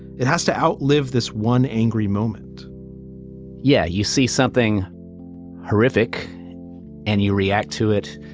it has to outlive this one angry moment yeah. you see something horrific and you react to it.